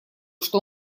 что